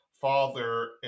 Father